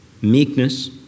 meekness